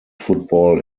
football